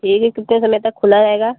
ठीक है कितने समय तक खुला रहेगा